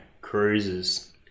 cruises